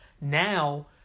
now